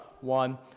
one